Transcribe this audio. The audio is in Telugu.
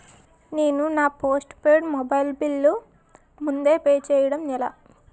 నేను నా పోస్టుపైడ్ మొబైల్ బిల్ ముందే పే చేయడం ఎలా?